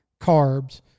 carbs